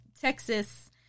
Texas